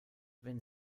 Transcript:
wenn